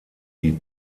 die